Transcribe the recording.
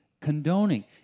condoning